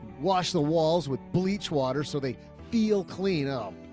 wash the walls with bleach water. so they feel clean up.